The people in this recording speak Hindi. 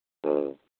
हाँ